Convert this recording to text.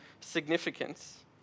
significance